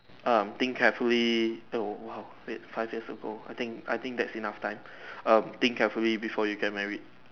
um think carefully no !wow! wait five years ago I think I think that's enough time um think carefully before you get married